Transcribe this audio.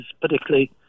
particularly